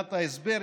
מבחינת ההסבר,